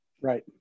Right